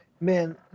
man